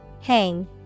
Hang